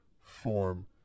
form